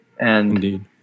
Indeed